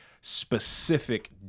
specific